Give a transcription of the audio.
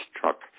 truck